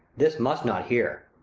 this must not hear.